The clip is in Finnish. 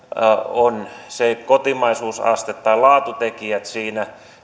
on se kotimaisuusaste tai laatutekijöitä siinä